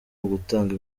ugutanga